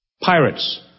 Pirates